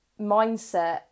mindset